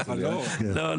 לא,